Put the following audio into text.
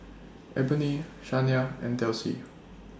Eboni Shania and Delcie